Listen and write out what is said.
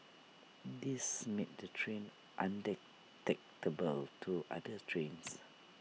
this made the train undetectable to other trains